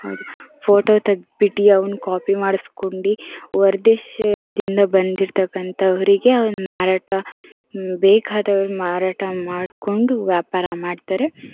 photo ತೆಗೆದುಬಿಟ್ಟು ಅವನ್ನು copy ಮಾಡಿಸಿಕೊಂಡು ಹೊರದೇಶದಿಂದ ಬಂದಿರತಕ್ಕಂಥವರಿಗೆ ಅವನ್ನ ಮಾರಾಟ ಬೇಕಾದವರಿಗೆ ಮಾರಾಟ ಮಾಡಿಕೊಂಡು ವ್ಯಾಪಾರ ಮಾಡ್ತಾರೆ